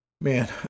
Man